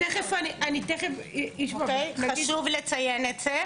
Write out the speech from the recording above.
חשוב לציין את זה.